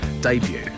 debut